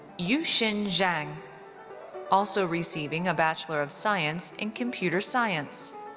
yuxin zheng, also receiving a bachelor of science in computer science.